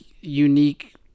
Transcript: unique